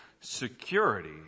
security